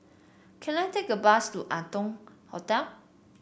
can I take a bus to Arton Hotel